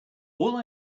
all